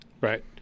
Right